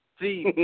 See